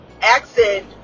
accent